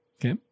Okay